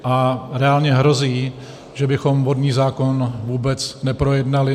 A reálně hrozí, že bychom vodní zákon vůbec neprojednali.